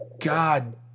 god